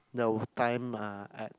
no time ah I